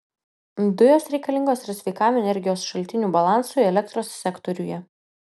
dujos reikalingos ir sveikam energijos šaltinių balansui elektros sektoriuje